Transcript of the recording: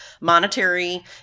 monetary